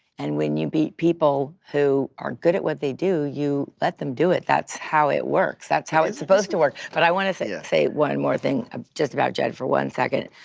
and when you meet people who are good at what they do, you let them do it. that's how it works, that's how it's supposed to work. but i want to say ah say one more thing um just about judd for one second.